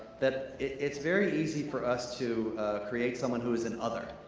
that it's very easy for us to create someone who is an other.